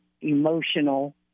emotional